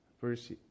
verse